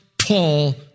Paul